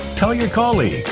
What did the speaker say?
tell your colleagues,